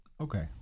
Okay